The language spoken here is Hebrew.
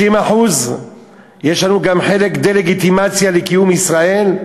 30% יש לנו גם חלק דה-לגיטימציה של קיום ישראל,